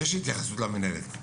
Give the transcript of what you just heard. ויש התייחסות למינהלת.